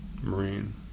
Marine